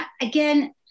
again